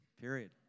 period